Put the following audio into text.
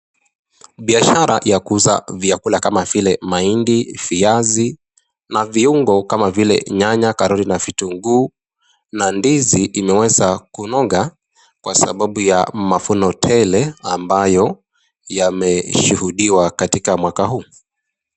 Biashara ya kuuza vyakula kama vile mahindi, viazi na viungo kama vile nyanya, karoti na vitungu na ndizi imeweza kunoga kwa sababu ya mavuno tele ambayo yameshuhudiwa katika mwaka huu.